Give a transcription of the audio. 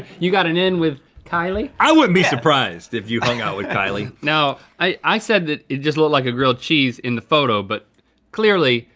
you got an in with kylie? i wouldn't be surprised if you hunt out with kylie. now, i said that it just looked like a grilled cheese in the photo but clearly,